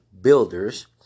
builders